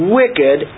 wicked